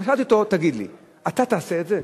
אמרתי לו: תגיד לי, אתה תעשה את זה?